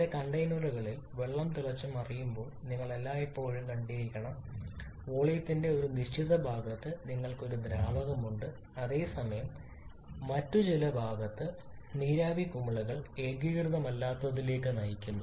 ചില കണ്ടെയ്നറുകളിൽ വെള്ളം തിളച്ചുമറിയുമ്പോൾ നിങ്ങൾ എല്ലായ്പ്പോഴും കണ്ടിരിക്കണം വോളിയത്തിന്റെ ഒരു നിശ്ചിത ഭാഗത്ത് നിങ്ങൾക്ക് ഒരു ദ്രാവകമുണ്ട് അതേസമയം മറ്റ് ചില ഭാഗങ്ങളിൽ നീരാവി കുമിളകൾ ഏകീകൃതമല്ലാത്തതിലേക്ക് നയിക്കുന്നു